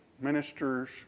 ministers